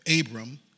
Abram